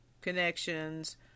connections